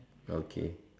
okay